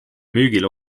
müügile